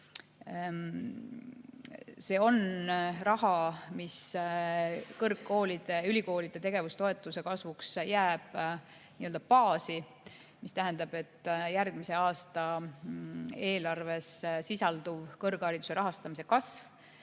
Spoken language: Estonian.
See on raha, mis ülikoolide tegevustoetuse kasvuks jääb nii‑öelda baasi, mis tähendab, et järgmise aasta eelarves sisalduv kõrghariduse rahastamise kasv,